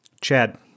Chad